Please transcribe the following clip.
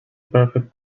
perfect